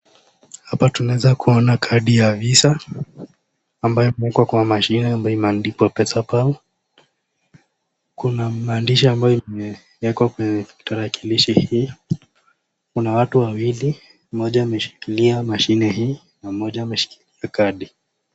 Hapa tunaeza kuona kadi ya visa, ambayo imewekwa kwenye mashine ambayo imeandikwa pesa pal, kunamaandishi ambayo yameweza kuekwa kwenye tarakilishi hii, kuna watu wawili, mmoja ameshikilia mashine hii na mmoja ameshikilia kadi.